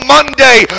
Monday